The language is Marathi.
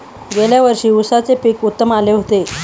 गेल्या वर्षी उसाचे पीक उत्तम आले होते